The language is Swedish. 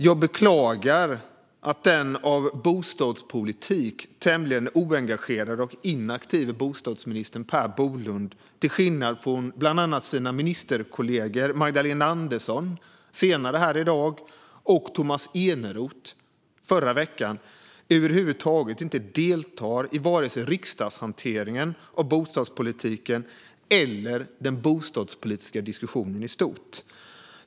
Jag beklagar att den i fråga om bostadspolitik tämligen oengagerade och inaktiva bostadsministern Per Bolund, till skillnad från bland annat ministerkollegorna Magdalena Andersson, senare här i dag, och Tomas Eneroth, förra veckan, över huvud taget inte deltar i vare sig riksdagshanteringen av bostadspolitiken eller i den bostadspolitiska diskussionen i stort.